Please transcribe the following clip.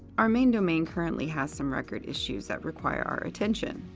our main domain currently has some record issues that require our attention.